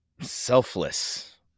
selfless